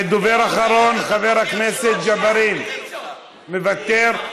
דובר אחרון, חבר הכנסת ג'בארין, מוותר.